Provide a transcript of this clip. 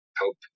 help